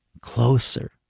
closer